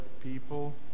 people